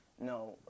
no